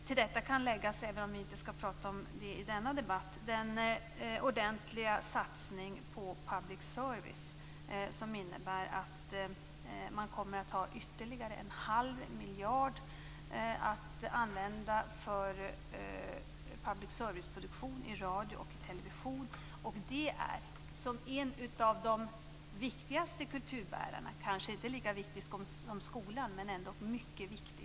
Till detta kan läggas, även om vi inte skall prata om det i denna debatt, den ordentliga satsning på public service som innebär att man kommer att ha ytterligare en halv miljard att använda för public service-produktion i radio och television. Detta är en av de viktigaste kulturbärarna, kanske inte riktig lika viktig som skolan, men ändå mycket viktig.